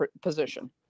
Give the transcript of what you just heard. position